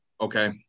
okay